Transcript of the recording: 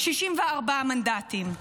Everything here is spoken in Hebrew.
64 מנדטים.